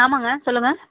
ஆமாங்க சொல்லுங்கள்